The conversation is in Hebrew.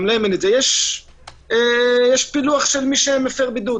יש פילוח של מי שמפר בידוד.